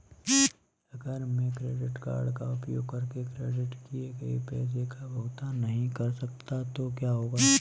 अगर मैं credit card का उपयोग करके क्रेडिट किए गए पैसे का भुगतान नहीं कर सकता तो क्या होगा?